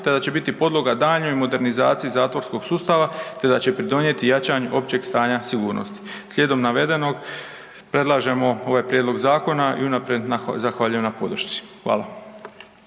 te da će biti podloga daljnjoj modernizaciji zatvorskog sustava, te da će pridonijeti jačanju općeg stanja sigurnosti. Slijedom navedenog predlažemo ovaj prijedlog zakona i unaprijed zahvaljujem na podršci. Hvala.